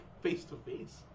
face-to-face